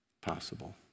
possible